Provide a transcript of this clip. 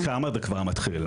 ושם זה כבר מתחיל.